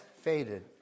faded